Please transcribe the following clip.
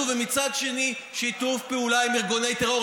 ומצד שני שיתוף פעולה עם ארגוני טרור.